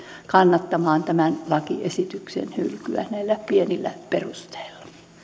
kannattamaan tämän lakiesityksen hylkyä näillä pienillä perusteilla